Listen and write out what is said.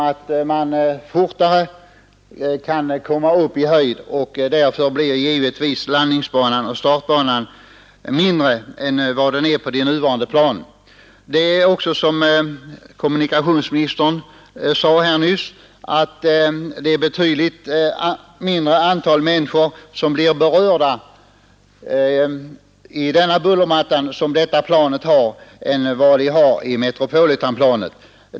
Detta beror på att man kan stiga till högre höjd snabbare, och därför blir givetvis landningsoch startbanorna kortare än för de nuvarande planen. Som kommunikationsministern nyss sade blir också ett betydligt mindre antal människor berörda av det buller som detta plan åstadkommer än av bullret från Metropolitanplanet.